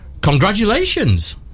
congratulations